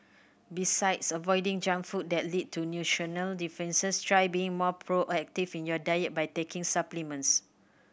besides avoiding junk food that lead to nutritional deficiencies try being more proactive in your diet by taking supplements